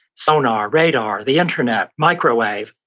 sonar, radar, the internet, microwave,